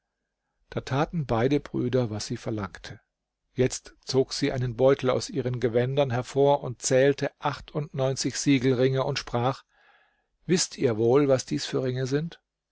da taten beide brüder was sie verlangte jetzt zog sie einen beutel aus ihren gewändern hervor und zählte achtundneunzig siegelringe und sprach wißt ihr wohl was dies für ringe sind